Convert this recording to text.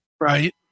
Right